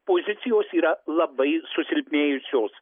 pozicijos yra labai susilpnėjusios